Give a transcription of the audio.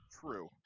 True